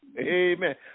Amen